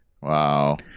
Wow